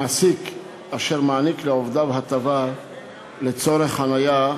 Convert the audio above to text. מעסיק אשר מעניק לעובדיו הטבה לצורך חניה,